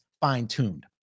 fine-tuned